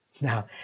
Now